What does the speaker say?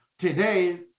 Today